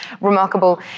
remarkable